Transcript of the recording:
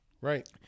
Right